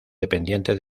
dependiente